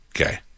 Okay